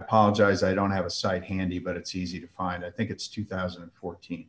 apologize i don't have a cite handy but it's easy to find i think it's two thousand and fourteen